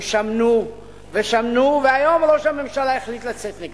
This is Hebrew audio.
הם שמנו ושמנו, והיום ראש הממשלה החליט לצאת נגדם.